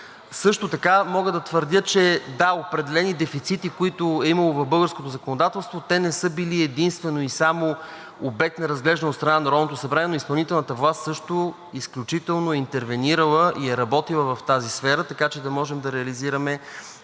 Също така мога да твърдя, че, да, определени дефицити, които е имало в българското законодателство, те не са били единствено и само обект на разглеждане от страна на Народното събрание, но изпълнителната власт също изключително е интервенирала и е работила в тази сфера, така че да можем да реализираме